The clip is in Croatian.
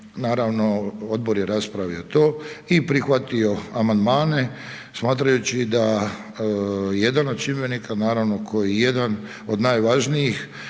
naravno odbor je raspravio to i prihvatio amandmane smatrajući da jedan od čimbenika koji je jedan od najvažnijih